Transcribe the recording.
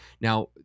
Now